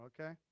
okay